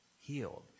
healed